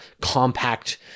compact